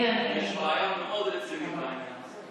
יש בעיה מאוד רצינית בעניין הזה,